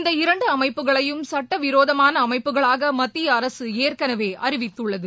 இந்த இரண்டு அமைப்புகளையும் சுட்டவிரோதமான அமைப்புகளாக மத்திய அரசு ஏற்கனவே அறிவித்துள்ளது